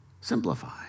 simplify